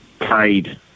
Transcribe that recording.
paid